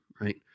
right